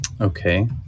Okay